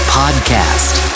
podcast